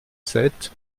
sept